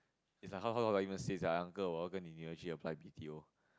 it's like how how do I even say sia uncle 我要跟你女儿去: wo yao gen ni nü er apply B_T_O